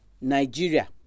Nigeria